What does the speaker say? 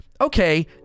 okay